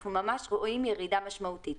אנחנו ממש רואים ירידה משמעותית.